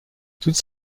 toutes